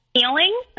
Feeling